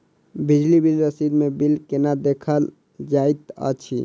बिजली बिल रसीद मे बिल केना देखल जाइत अछि?